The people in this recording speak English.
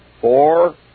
Four